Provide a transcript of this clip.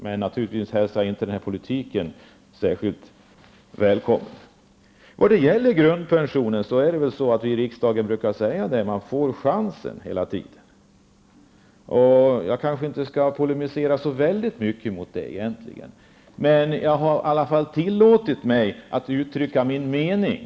Men naturligtvis är den här politiken som sådan inte särskilt välkommen. Vad gäller grundpensionen brukar vi i riksdagen tala om att människor får en chans. Jag kanske inte skall polemisera särskilt mycket i det sammanhanget. Men jag tillåter mig i alla fall att uttrycka min mening.